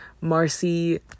Marcy